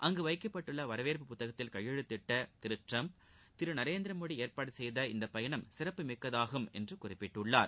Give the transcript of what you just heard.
அங்கு வைக்கப்பட்டுள்ள வரவேற்பு புத்தகத்தில் கையெழுத்திட்ட திரு ட்டிரம்ப் திரு நரேந்திரமோடி ஏற்பாடு செய்த இந்த பயணம் சிறப்புமிக்கதாகும் என்று குறிப்பிட்டுள்ளார்